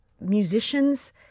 musicians